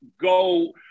go